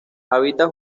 habita